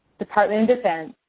department of defense,